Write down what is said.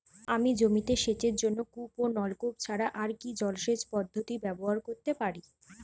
আমি জমিতে সেচের জন্য কূপ ও নলকূপ ছাড়া আর কি জলসেচ পদ্ধতি ব্যবহার করতে পারি?